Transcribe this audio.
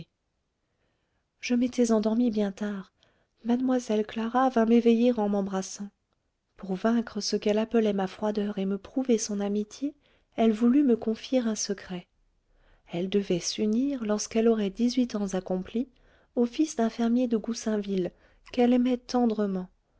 je m'étais endormie bien tard mlle clara vint m'éveiller en m'embrassant pour vaincre ce qu'elle appelait ma froideur et me prouver son amitié elle voulut me confier un secret elle devait s'unir lorsqu'elle aurait dix-huit ans accomplis au fils d'un fermier de goussainville qu'elle aimait tendrement